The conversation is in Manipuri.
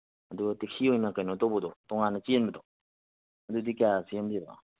ꯑꯗꯨꯒ ꯇꯦꯛꯁꯤ ꯑꯣꯏꯅ ꯀꯩꯅꯣ ꯇꯧꯕꯗꯣ ꯇꯣꯉꯥꯟꯅ ꯆꯦꯟꯕꯗꯣ ꯑꯗꯨꯗꯤ ꯀꯌꯥ ꯆꯦꯟꯗꯦꯕꯀꯣ